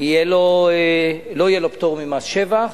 לא יהיה לו פטור ממס שבח.